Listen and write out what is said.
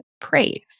praise